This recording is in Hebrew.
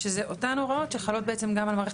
שזה אותן הוראות שחלות בעצם גם על המערכת